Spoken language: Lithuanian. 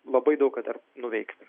labai daug ką dar nuveikti